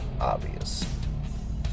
obvious